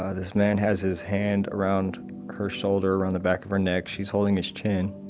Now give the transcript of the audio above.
ah this man has his hand around her shoulder, around the back of her neck, she's holding his chin.